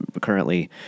currently